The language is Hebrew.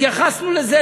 התייחסנו לזה,